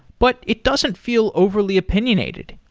but it doesn't feel overly opinionated.